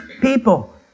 people